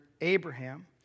Abraham